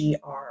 GR